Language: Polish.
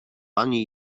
pani